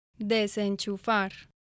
Desenchufar